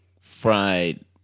fried